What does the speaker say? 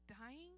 dying